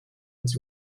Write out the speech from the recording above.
its